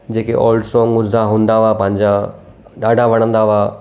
जेके olds song उसदा हूंदा हुआ पंहिंजा ॾाढा वणंदा हुआ